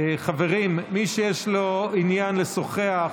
חברים: מי שיש לו עניין לשוחח,